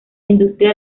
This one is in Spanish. industria